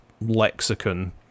lexicon